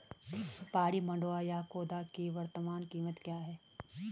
पहाड़ी मंडुवा या खोदा की वर्तमान कीमत क्या है?